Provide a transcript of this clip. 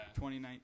2019